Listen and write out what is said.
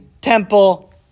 temple